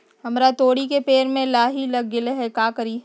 हमरा तोरी के पेड़ में लाही लग गेल है का करी?